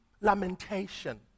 lamentation